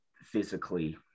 physically